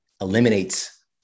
eliminates